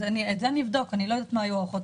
את זה אני אבדוק, אני לא יודעת מה היו ההערכות.